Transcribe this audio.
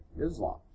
Islam